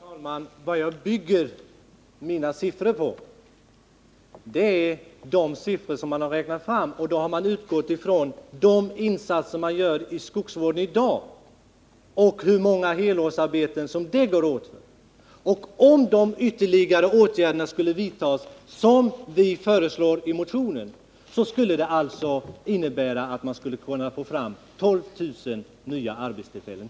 Herr talman! Vad jag bygger mina siffror på är de siffror som man har räknat fram. Man har då utgått från de insatser som görs inom skogsvården i dag och beräknat hur många helårsarbeten som åtgår för detta. Om de ytterligare åtgärder som vi föreslagit i vår motion vidtas, skulle det innebära att man fick 12000 nya arbetstillfällen.